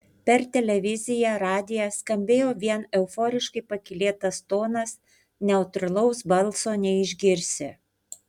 per televiziją radiją skambėjo vien euforiškai pakylėtas tonas neutralaus balso neišgirsi